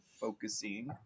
focusing